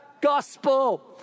gospel